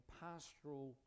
pastoral